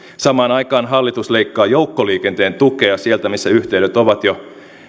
samaan aikaan hallitus leikkaa joukkoliikenteen tukea sieltä missä yhteydet ovat jo